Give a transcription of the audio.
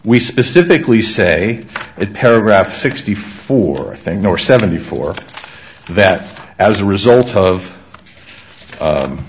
we specifically say it paragraph sixty four thing or seventy four that as a result of